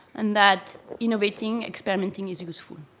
and that innovating, experimenting is useful.